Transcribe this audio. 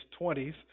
20s